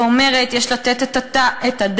ואומרת: "יש לתת את הדעת,